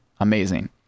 Amazing